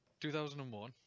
2001